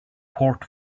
port